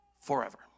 forever